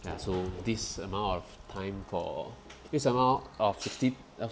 ya so this amount of time for this amount